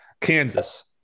Kansas